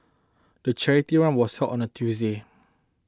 the charity run was held on a Tuesday